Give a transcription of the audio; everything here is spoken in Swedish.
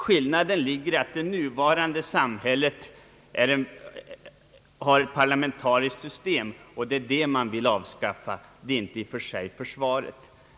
Skillnaden ligger i att det nuvarande samhället har ett parlamentariskt system, och det är det man vill avskaffa, inte försvaret.